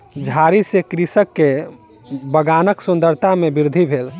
झाड़ी सॅ कृषक के बगानक सुंदरता में वृद्धि भेल